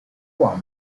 cuomo